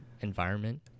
environment